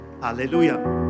Hallelujah